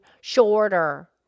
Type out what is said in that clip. shorter